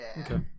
Okay